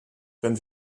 wenn